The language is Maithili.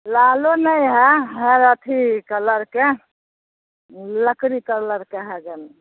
लालो नहि हँ हर अथी कलरके लकड़ी कलरके हय जानो